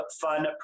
fun